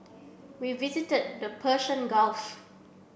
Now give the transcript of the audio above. we visited the Persian Gulf